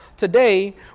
Today